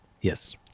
Yes